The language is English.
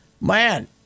Man